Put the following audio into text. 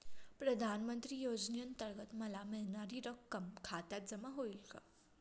प्रधानमंत्री योजनेअंतर्गत मला मिळणारी रक्कम खात्यात जमा होईल का?